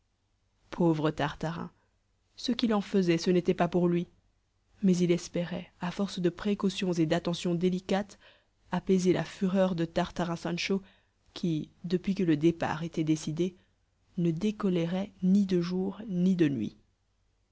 pauvre tartarin ce qu'il en faisait ce n'était pas pour lui mais il espérait à force de précautions et d'attentions délicates apaiser la fureur de tartarin sancho qui depuis que le départ était décidé ne décolérait ni de jour ni de nuit